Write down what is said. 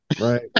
right